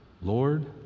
lord